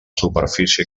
superfície